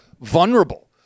vulnerable